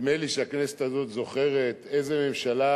נדמה לי שהכנסת הזאת עוד זוכרת איזה ממשלה